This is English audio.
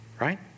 Right